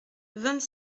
vingt